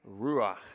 ruach